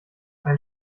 ein